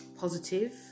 positive